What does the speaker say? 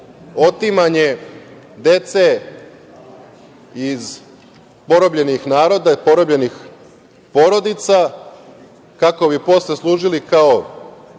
otimanje dece iz porobljenih naroda i porobljenih porodica kako bi posle služili kao